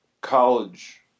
college